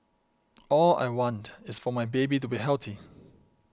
all I want is for my baby to be healthy